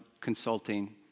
consulting